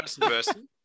person